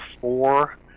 four